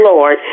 Lord